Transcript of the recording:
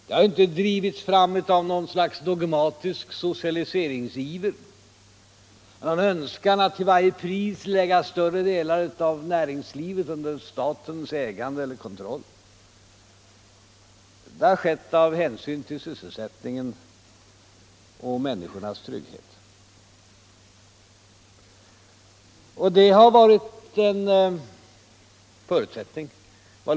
Vi har inte drivits fram av något slags dogmatisk socialiseringsiver eller av någon önskan att till varje pris lägga större delar av näringslivet under statens ägande eller kontroll, utan det har skett av hänsyn till sysselsättningen och människornas trygghet. Detta har varit en förutsättning.